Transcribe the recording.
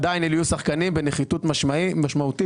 עדיין אלה יהיו שחקנים בנחיתות משמעותית